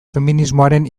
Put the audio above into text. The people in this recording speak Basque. feminismoaren